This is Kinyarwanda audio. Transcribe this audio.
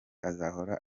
azahora